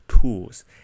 tools